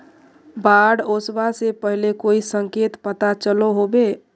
बाढ़ ओसबा से पहले कोई संकेत पता चलो होबे?